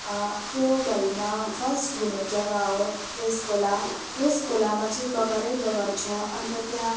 त्योभरिमा first घुम्ने जग्गा हो लिस खोला लिस खोलामा चाहिँ बगरै बगर छ अन्त त्यहाँ